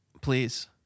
Please